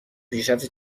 پیشرفت